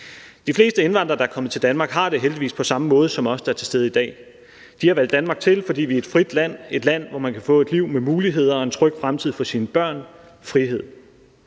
De fleste indvandrere, der er kommet til Danmark, har det heldigvis på samme måde som os, der er til stede i dag. De har valgt Danmark til, fordi vi er et frit land, et land, hvor man kan få et liv med muligheder og en tryg fremtid for sine børn: frihed.